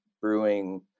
Brewing